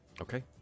Okay